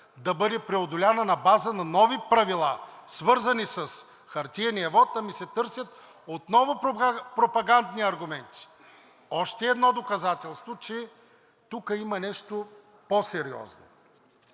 да бъде преодоляна на база на нови правила, свързани с хартиения вот, ами се търсят отново пропагандни аргументи. Още едно доказателство, че тук има нещо по-сериозно.